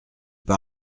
pas